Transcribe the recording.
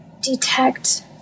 detect